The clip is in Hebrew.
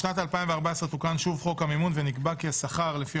בשנת 2014 תוקן שוב חוק המימון ונקבע כי השכר לפי